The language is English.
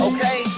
Okay